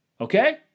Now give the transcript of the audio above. Okay